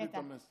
הבנתי את המסר.